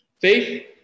Faith